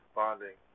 bonding